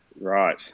Right